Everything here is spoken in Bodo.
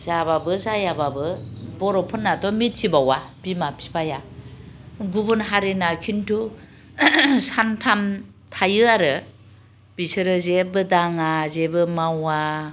जाब्लाबो जायाब्लाबो बर'फोरनाथ' मिथिबावा बिमा बिफाया गुबुन हारिना खिन्थु सानथाम थायो आरो बिसोरो जेबो दाङा जेबो मावा